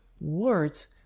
words